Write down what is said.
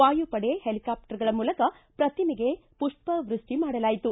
ವಾಯುಪಡೆ ಹೆಲಿಕ್ಯಾಪ್ಟರ್ಗಳ ಮೂಲಕ ಪ್ರತಿಮೆಗೆ ಪುಪ್ಪವೃಷ್ಟಿ ಮಾಡಲಾಯಿತು